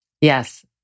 Yes